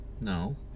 No